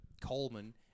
Coleman